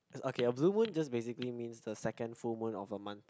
okay a blue moon just basically mean the second full moon of a month